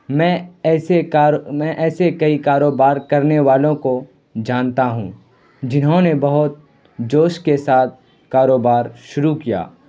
میں ایسے میں ایسے کئی کاروبار کرنے والوں کو جانتا ہوں جنہوں نے بہت جوش کے ساتھ کاروبار شروع کیا